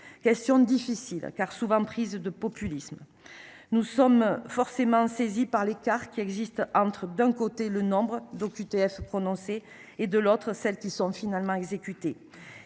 des OQTF, difficile, car souvent instrumentalisée par les populismes. Nous sommes forcément saisis par l’écart qui existe entre, d’un côté, le nombre d’OQTF prononcées et, de l’autre, celles qui sont finalement exécutées.